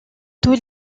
tous